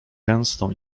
gęstą